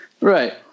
Right